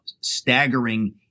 staggering